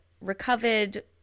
recovered